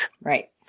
Right